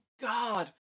god